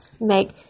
make